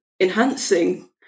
enhancing